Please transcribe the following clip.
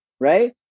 right